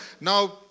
Now